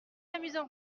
amusant